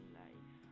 life